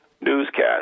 newscast